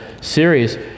series